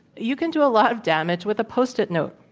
you can do a lot of damage with a post-it note,